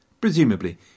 Presumably